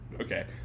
Okay